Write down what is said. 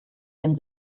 ihren